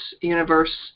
Universe